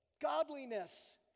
Godliness